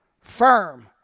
firm